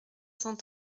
cent